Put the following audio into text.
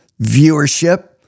viewership